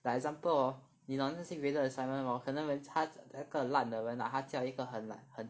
like example hor 你懂那些 graded assignment hor 可能人他那个烂的人他叫一个很很